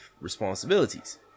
responsibilities